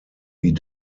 wie